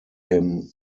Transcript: him